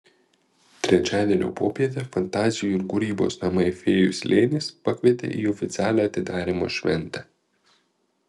trečiadienio popietę fantazijų ir kūrybos namai fėjų slėnis pakvietė į oficialią atidarymo šventę